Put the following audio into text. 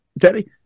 Teddy